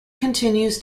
continues